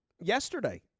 yesterday